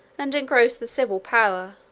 and engross the civil power,